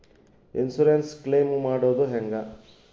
Insurance claim ಮಾಡೋದು ಹೆಂಗ?